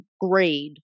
grade